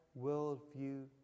worldview